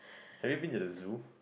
have you been to the zoo